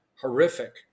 horrific